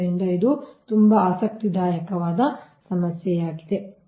ಆದ್ದರಿಂದ ಇದು ತುಂಬಾ ಆಸಕ್ತಿದಾಯಕ ಸಮಸ್ಯೆಯಾಗಿದೆ